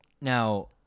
Now